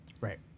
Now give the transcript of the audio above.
Right